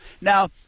Now